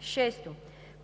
6.